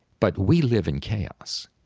but we live in chaos.